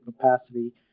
capacity